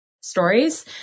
stories